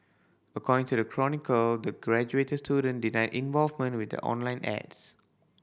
according to the Chronicle the graduate student denied involvement with the online ads